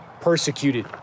persecuted